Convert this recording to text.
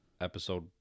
episode